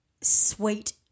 sweet